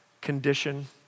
condition